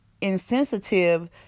insensitive